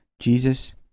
Jesus